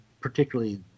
particularly